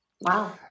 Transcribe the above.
Wow